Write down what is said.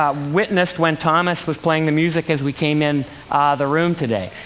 um witnessed when thomas was playing the music as we came in the room today.